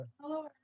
Hello